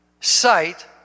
sight